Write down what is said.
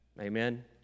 amen